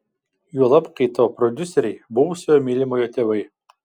juolab kai tavo prodiuseriai buvusio mylimojo tėvai